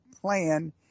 plan